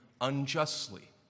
unjustly